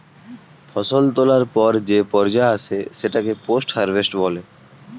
ফসল তোলার পর যে পর্যা আসে সেটাকে পোস্ট হারভেস্ট বলে